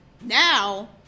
now